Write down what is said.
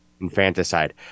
Infanticide